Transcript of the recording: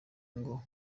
ngo